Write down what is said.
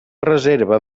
reserva